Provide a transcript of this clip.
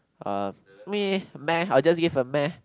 uh meh meh I just give a meh